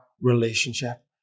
relationship